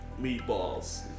meatballs